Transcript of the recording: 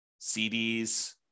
CDs